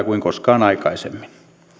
kuin koskaan aikaisemmin